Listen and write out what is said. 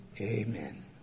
Amen